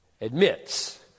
admits